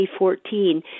2014